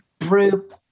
group